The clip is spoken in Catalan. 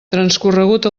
transcorregut